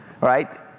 right